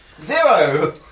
Zero